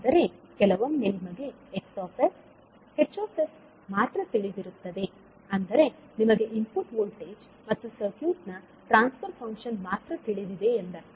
ಆದರೆ ಕೆಲವೊಮ್ಮೆ ನಿಮಗೆ X H ಮಾತ್ರ ತಿಳಿದಿರುತ್ತದೆ ಅಂದರೆ ನಿಮಗೆ ಇನ್ಪುಟ್ ವೋಲ್ಟೇಜ್ ಮತ್ತು ಸರ್ಕ್ಯೂಟ್ ನ ಟ್ರಾನ್ಸ್ ಫರ್ ಫಂಕ್ಷನ್ ಮಾತ್ರ ತಿಳಿದಿದೆ ಎಂದರ್ಥ